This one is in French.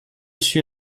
suis